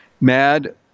MAD